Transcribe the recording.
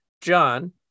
John